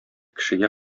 кешегә